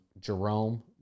Jerome